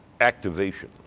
activation